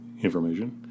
information